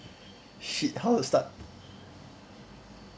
shit how to start